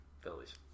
Phillies